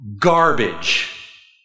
Garbage